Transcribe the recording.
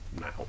now